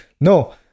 No